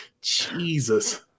Jesus